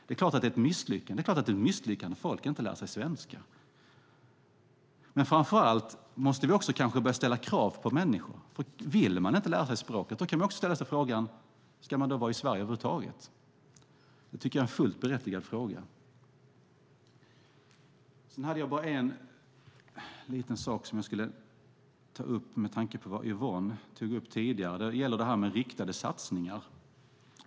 Det är klart att det är ett misslyckande om folk inte lär sig svenska. Vi måste kanske också börja ställa krav på människor. Vill man inte lära sig språket kan vi också ställa oss frågan: Ska man då vara i Sverige över huvud taget? Det tycker jag är en fullt berättigad fråga. Sedan vill jag ta upp en liten sak med tanke på vad Yvonne Andersson tog upp tidigare. Det gäller det här med riktade satsningar.